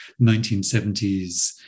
1970s